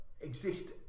exist